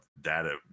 data